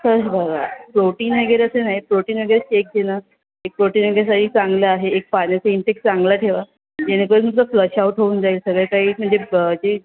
sir हे बघा protein वगैरे असं नाही प्रोटीन म्हणजे चेक केलं की प्रोटीन म्हणजे सई चांगलं आहे एक पाण्याचा इंटेक चांगला ठेवा जेणेकरून तुमचा फ्लश आऊट होऊन जाईल सगळं काही म्हणजे ब जे